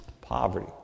poverty